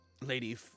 Lady